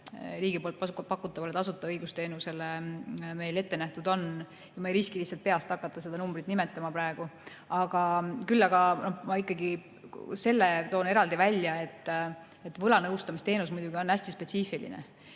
riigi pakutavale tasuta õigusteenusele meil ette nähtud on. Ma ei riski peast hakata seda numbrit nimetama praegu. Küll aga ma selle toon eraldi välja, et võlanõustamisteenus muidugi on hästi spetsiifiline